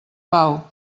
pau